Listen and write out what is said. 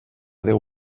déu